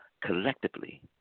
collectively